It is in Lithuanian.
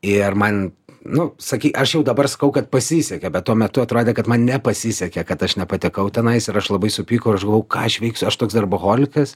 ir man nu saky aš jau dabar sakau kad pasisekė bet tuo metu atrodė kad man nepasisekė kad aš nepatekau tenais ir aš labai supykau ir aš galvojau ką aš veiksiu aš toks darboholikas